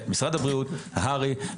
יש הרבה מאוד מה לשפר,